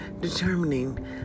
determining